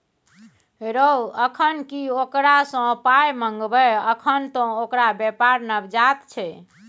रौ अखन की ओकरा सँ पाय मंगबै अखन त ओकर बेपार नवजात छै